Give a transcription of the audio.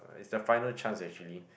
it's the final chance actually